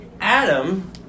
Adam